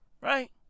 Right